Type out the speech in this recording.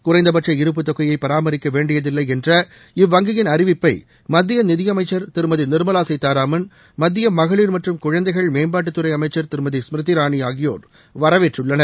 குறைந்தபட்ச இருப்புத் தொகையை பராமரிக்க வேண்டியதில்லை என்ற இவ்வங்கியின் அறிவிப்பை மத்திய நிதியமைச்சர் திருமதி நிர்மலா சீதாராமன் மத்திய மகளிர் மற்றும் குழந்தைகள் மேம்பாட்டுத்துறை அமைச்சர் திருமதி ஸ்மிருதி இரானி ஆகியோர் வரவேற்றுள்ளனர்